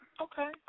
Okay